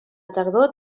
tardor